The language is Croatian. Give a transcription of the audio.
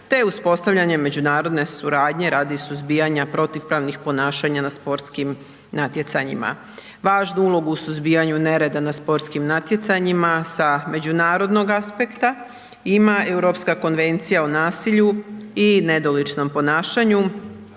te uspostavljanje međunarodne suradnje radi suzbijanja protupravnih ponašanja na sportskim natjecanjima. Važnu ulogu u suzbijanju nereda na sportskim natjecanjima sa međunarodnog aspekta ima Europska konvencija o nasilju i nedoličnom ponašanju